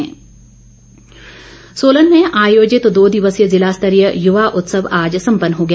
युवा उत्सव सोलन में आयोजित दो दिवसीय जिला स्तरीय युवा उत्सव आज सम्पन्न हो गया